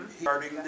starting